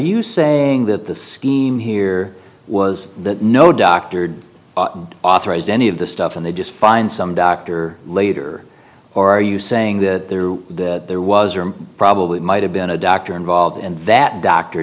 you saying that the scheme here was that no doctored authorized any of this stuff and they just find some doctor later or are you saying that there was or probably might have been a doctor involved and that doctor